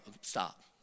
Stop